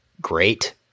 great